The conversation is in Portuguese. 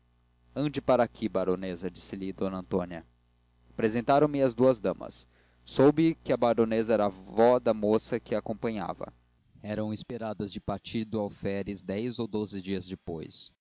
ande para aqui baronesa disse-lhe d antônia apresentaram me às suas damas soube que a baronesa era avó da moça que a acompanhava eram esperadas do pati do alferes dez ou doze dias depois